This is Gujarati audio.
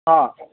હા